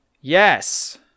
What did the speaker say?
Yes